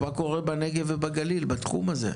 מה קורה בנגב ובגליל בתחום הזה?